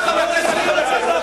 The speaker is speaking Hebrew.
אתה יושב כאן כצנזור?